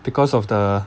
because of the